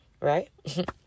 Right